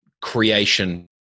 creation